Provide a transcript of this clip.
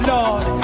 Lord